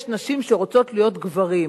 יש נשים שרוצות להיות גברים.